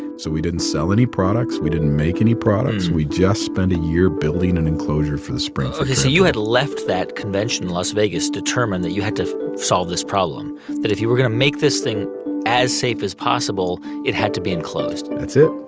so we didn't sell any products. we didn't make any products. we just spent a year building an enclosure for the springfree. oh, so you had left that convention in las vegas determined that you had to solve this problem that if you were going to make this thing as safe as possible, it had to be enclosed that's it.